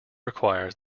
requires